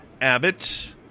Abbott